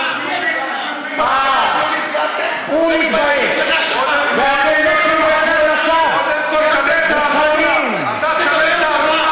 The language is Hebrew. הוא מתבייש, ואתם נושאים את שמו לשווא.